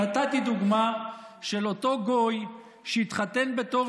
נתתי דוגמה של אותו גוי שהתחתן בתור